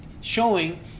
showing